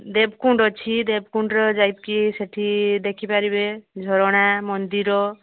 ଦେବକୁଣ୍ଡ ଅଛି ଦେବକୁଣ୍ଡରେ ଯାଇକି ସେଇଠି ଦେଖିପାରିବେ ଝରଣା ମନ୍ଦିର